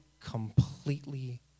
completely